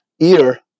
Ear